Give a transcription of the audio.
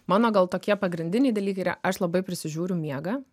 mano gal tokie pagrindiniai dalykai yra aš labai prisižiūriu miegą